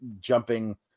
jumping